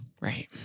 Right